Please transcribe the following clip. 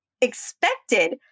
expected